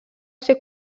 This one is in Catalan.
ser